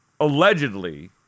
allegedly